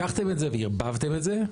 לקחתם את זה וערבבתם את זה.